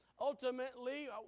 ultimately